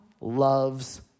loves